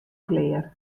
klear